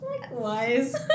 Likewise